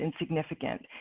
insignificant